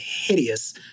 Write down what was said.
hideous